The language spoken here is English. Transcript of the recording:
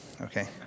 okay